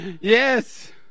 Yes